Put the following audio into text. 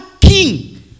king